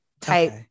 type